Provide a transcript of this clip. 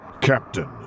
Captain